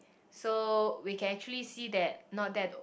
so we can actually see that not that old